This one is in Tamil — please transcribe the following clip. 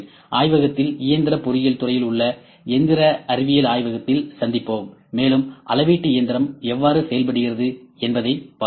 ஆய்வகத்தில் இயந்திர பொறியியல் துறையில் உள்ள எந்திர அறிவியல் ஆய்வகத்தில் சந்திப்போம் மேலும் அளவீட்டு இயந்திரம் எவ்வாறு செயல்படுகிறது என்பதைப் பார்ப்போம்